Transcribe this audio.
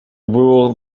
rule